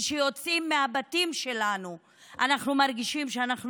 כשאנחנו יוצאים מהבתים שלנו אנחנו מרגישים שאנחנו